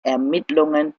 ermittlungen